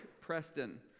Preston